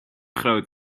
groot